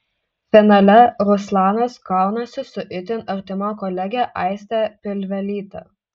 finale ruslanas kaunasi su itin artima kolege aiste pilvelyte